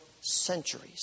centuries